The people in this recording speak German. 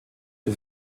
die